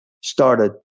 started